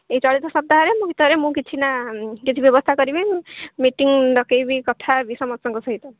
ଏଇ ଚଳିତ ସପ୍ତାହରେ ମୋ ଭିତରେ ମୁଁ କିଛି ନା କିଛି ବ୍ୟବସ୍ଥା କରିବି ମିଟିଂ ଡକେଇବି କଥା ହେବି ସମସ୍ତଙ୍କ ସହିତ